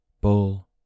Bull